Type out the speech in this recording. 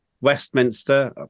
Westminster